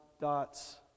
Dots